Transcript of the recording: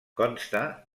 consta